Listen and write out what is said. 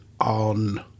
on